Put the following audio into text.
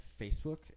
Facebook